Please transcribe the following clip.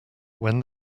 when